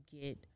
get